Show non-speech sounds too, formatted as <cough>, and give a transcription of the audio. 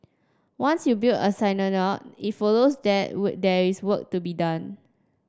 once you build a <unintelligible> it follows that <unintelligible> there is work to be done